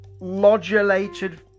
modulated